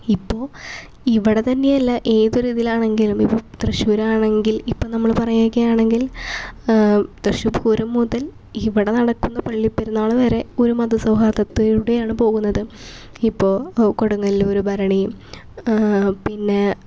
ഇപ്പോൾ ഇവിടെ തന്നെയല്ല ഏതൊരു രീതിയിലാണെങ്കിലും ഇപ്പോൾ തൃശ്ശൂരാണെങ്കിൽ ഇപ്പം നമ്മള് പറയുകയാണെങ്കിൽ തൃശ്ശൂർ പൂരം മുതൽ ഇവിടെ നടക്കുന്ന പള്ളിപ്പെരുന്നാള് വരെ ഒരു മത സൗഹാർദ്ദത്തിലൂടെയാണ് പോകുന്നത് ഇപ്പോൾ കൊടുങ്ങല്ലൂര് ഭരണി പിന്നെ